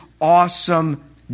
awesome